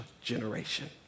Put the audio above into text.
generation